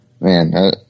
man